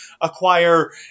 acquire